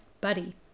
Buddy